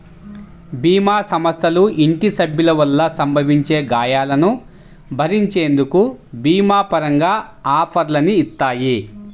భీమా సంస్థలు ఇంటి సభ్యుల వల్ల సంభవించే గాయాలను భరించేందుకు భీమా పరంగా ఆఫర్లని ఇత్తాయి